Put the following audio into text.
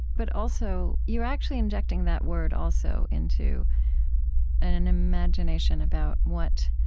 but also, you're actually injecting that word, also, into an an imagination about what